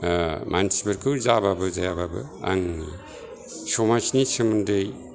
मानसिफोरखौ जाबाबो जायाबाबो आंनि समाजनि सोमोन्दै